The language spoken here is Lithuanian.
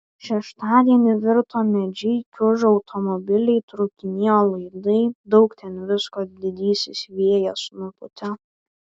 šeštadienį virto medžiai kiužo automobiliai trūkinėjo laidai daug ten visko didysis vėjas nupūtė